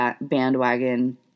bandwagon